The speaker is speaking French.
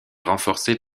renforcée